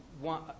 one